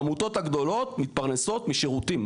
העמותות הגדולות מתפרנסות משירותים.